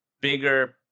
bigger